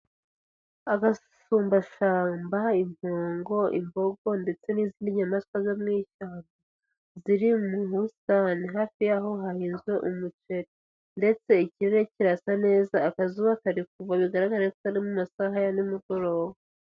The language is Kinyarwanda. Agasumbashyamba, impongo, imbogo ndetse n'izindi nyamaswa zo mu ishyamba ziri mu busitani, hafi yaho hahinzwe umuceri ndetse ikirere kirasa neza akazuba kari kuva bigaragara ko ari mu masaha ya nimugoroba.